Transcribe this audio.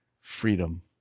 freedom